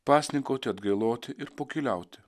pasninkauti atgailauti ir pokyliauti